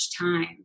time